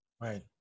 Right